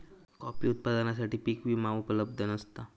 coffee उत्पादकांसाठी पीक विमा उपलब्ध नसता